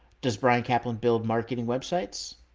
does bryan caplan build marketing websites?